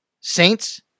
Saints